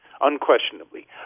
unquestionably